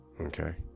Okay